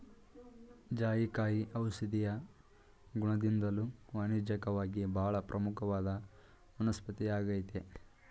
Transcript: ಜಾಯಿಕಾಯಿ ಔಷಧೀಯ ಗುಣದಿಂದ್ದಲೂ ವಾಣಿಜ್ಯಿಕವಾಗಿ ಬಹಳ ಪ್ರಮುಖವಾದ ವನಸ್ಪತಿಯಾಗಯ್ತೆ